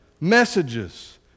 messages